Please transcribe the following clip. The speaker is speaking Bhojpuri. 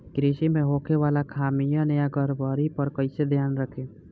कृषि में होखे वाला खामियन या गड़बड़ी पर कइसे ध्यान रखि?